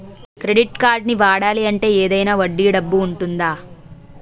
Credit కార్డ్ని వాడాలి అంటే ఏదైనా వడ్డీ డబ్బు ఉంటుందా?